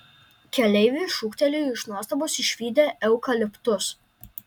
keleiviai šūktelėjo iš nuostabos išvydę eukaliptus